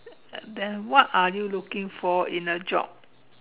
and then what are you looking for in a job